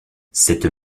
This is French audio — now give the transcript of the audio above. cette